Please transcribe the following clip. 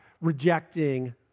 rejecting